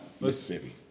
Mississippi